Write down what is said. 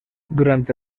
durante